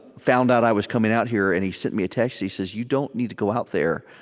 found out i was coming out here, and he sent me a text. he says, you don't need to go out there,